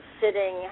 sitting